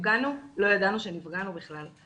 כשנפגענו לא ידענו שנפגענו בכלל,